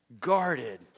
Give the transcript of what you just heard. guarded